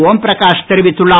ஓம்பிரகாஷ் தெரிவித்துள்ளார்